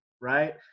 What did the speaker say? Right